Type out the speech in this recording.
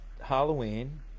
Halloween